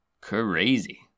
Crazy